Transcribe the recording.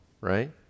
right